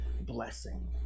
blessing